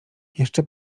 jeszcze